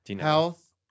Health